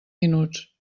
minuts